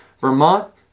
vermont